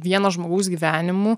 vieno žmogaus gyvenimu